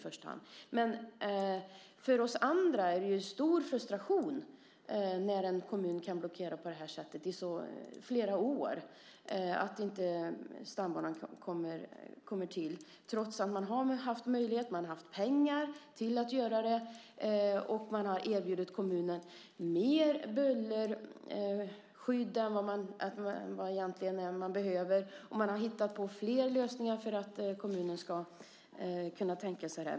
För oss andra innebär det dock en stor frustration när en kommun kan blockera på det här sättet i flera år så att stambanan inte kommer till trots att man har haft möjlighet. Man har haft pengar för att göra det. Man har erbjudit kommunen mer bullerskydd än man egentligen behöver, och man har hittat på flera lösningar för att kommunen ska kunna tänka sig detta.